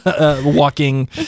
walking